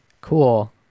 cool